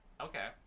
okay